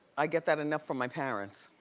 i get that enough from my parents.